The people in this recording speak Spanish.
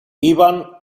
iban